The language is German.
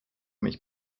mich